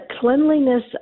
cleanliness